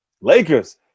Lakers